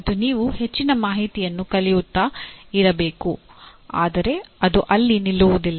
ಮತ್ತು ನೀವು ಹೆಚ್ಚಿನ ಮಾಹಿತಿಯನ್ನು ಕಲಿಯುತ್ತ ಇರಬೇಕು ಆದರೆ ಅದು ಅಲ್ಲಿ ನಿಲ್ಲುವುದಿಲ್ಲ